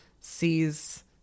sees